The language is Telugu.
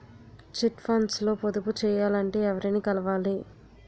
చిట్ ఫండ్స్ లో పొదుపు చేయాలంటే ఎవరిని కలవాలి?